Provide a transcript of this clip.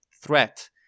threat